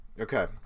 Okay